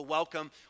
Welcome